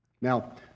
Now